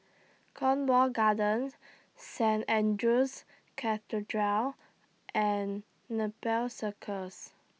Cornwall Gardens Saint Andrew's Cathedral and Nepal Circus